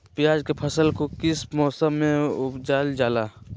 प्याज के फसल को किस मौसम में उपजल जाला?